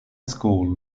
school